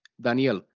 Daniel